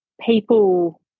people